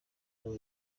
nibwo